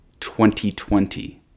2020